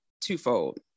twofold